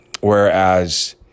Whereas